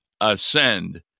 ascend